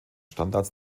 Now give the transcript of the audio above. standards